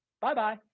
Bye-bye